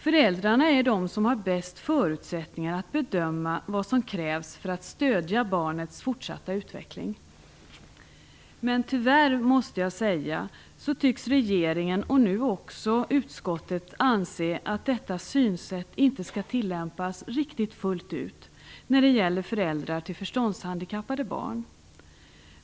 Föräldrarna är de som har bästa förutsättningarna att bedöma vad som krävs för att stödja barnets fortsatta utveckling. Tyvärr, måste jag säga, tycks regeringen - och nu också utskottet - anse att detta synsätt inte skall tilllämpas fullt ut när det gäller föräldrar till förståndshandikappade barn.